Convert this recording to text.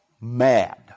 mad